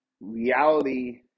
reality